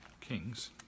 Kings